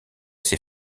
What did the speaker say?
ses